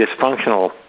dysfunctional